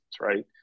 right